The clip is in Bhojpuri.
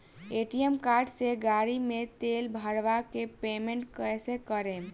ए.टी.एम कार्ड से गाड़ी मे तेल भरवा के पेमेंट कैसे करेम?